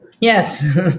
Yes